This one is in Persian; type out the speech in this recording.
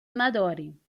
نداریم